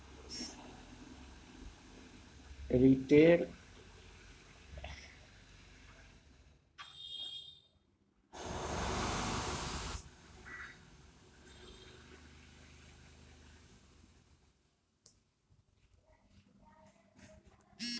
retail बेपार जेना राशनक दोकान आ बेकरी छोट बेपार मानल जेतै